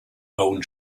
own